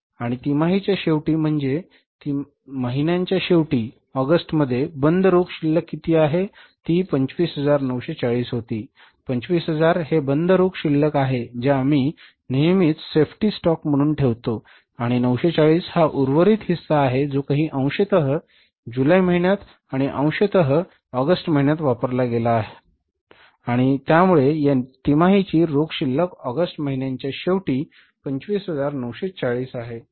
आणि तिमाहीच्या शेवटी म्हणजे तिमाहीच्या शेवटच्या महिन्याच्या शेवटी म्हणजेच ऑगस्ट मध्ये बंद रोख शिल्लक किती होती ती 25940 होती 25000 हे बंद रोख शिल्लक आहे जे आम्ही नेहमीच सेफ्टी स्टॉक म्हणून ठेवतो आणि 940 हा उर्वरित हिस्सा आहे जो काही अंशतः जुलै महिन्यात आणि अंशतः ऑगस्ट महिन्यात वापरला गेला नाही आणि त्यामुळे या तिमाहीची रोख शिल्लक ऑगस्ट महिन्याच्या शेवटी 25940 आहे